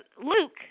Luke